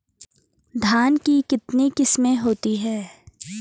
धान की कितनी किस्में होती हैं?